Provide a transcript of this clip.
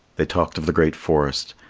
they talked of the great forest,